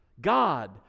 God